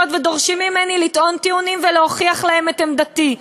ודורשים ממני לטעון טיעונים ולהוכיח להם את עמדתי.